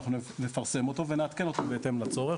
אנחנו נפרסם אותו ונעדכן אותך בהתאם לצורך.